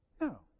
No